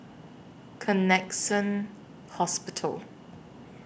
Connexion Hospital